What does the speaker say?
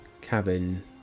Cabin